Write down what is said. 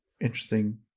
interesting